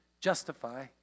justify